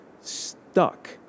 stuck